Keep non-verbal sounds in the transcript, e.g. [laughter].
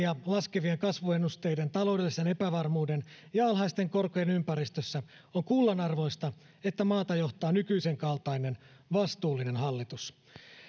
[unintelligible] ja laskevien kasvuennusteiden taloudellisen epävarmuuden ja alhaisten korkojen ympäristössä on kullanarvoista että maata johtaa nykyisen kaltainen vastuullinen hallitus